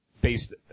based